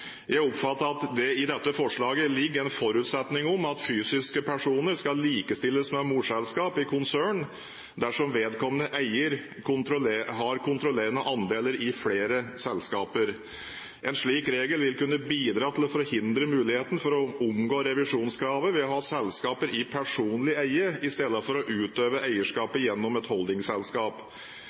Jeg oppfatter at det i dette forslaget ligger en forutsetning om at fysiske personer skal likestilles med morselskap i konsern dersom vedkommende eier har kontrollerende andeler i flere selskaper. En slik regel vil kunne bidra til å forhindre muligheten for å omgå revisjonskravet ved å ha selskaper i personlig eie istedenfor å utøve eierskapet gjennom et